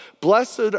Blessed